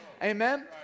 Amen